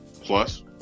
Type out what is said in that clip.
Plus